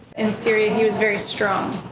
in syria, he was very strong.